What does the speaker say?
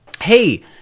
hey